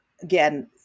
Again